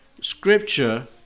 scripture